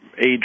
age